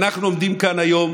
ואנחנו עומדים כאן היום